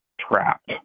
trapped